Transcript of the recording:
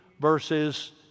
verses